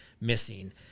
missing